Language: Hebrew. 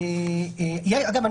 אגב,